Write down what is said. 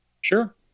Sure